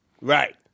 Right